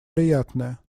приятное